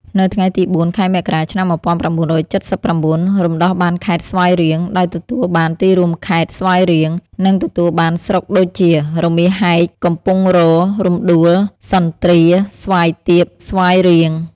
នៅថ្ងៃទី ០៤ ខែមករា ឆ្នាំ ១៩៧៩ រំដោះបានខេត្តស្វាយរៀង ដោយទទួលបានទីរួមខេត្ត ស្វាយរៀង និងទទួលបានស្រុកដូចជា រមាសហែក កំពង់រោទិ៍ រំដួល សន្ទ្រា ស្វាយទាប ស្វាយរៀង។